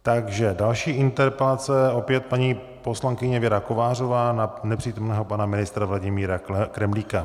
Takže další interpelace opět paní poslankyně Věra Kovářová na nepřítomného pana ministra Vladimíra Kremlíka.